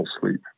sleep